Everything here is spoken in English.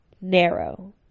narrow